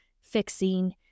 fixing